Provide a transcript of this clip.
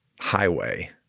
highway